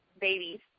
babies